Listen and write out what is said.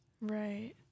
Right